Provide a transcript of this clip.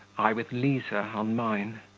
i with liza on mine.